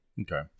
Okay